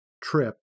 trip